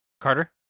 Carter